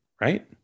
right